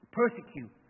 persecute